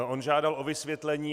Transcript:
On žádal vysvětlení.